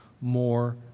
more